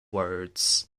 words